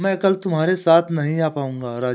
मैं कल तुम्हारे साथ नहीं आ पाऊंगा राजू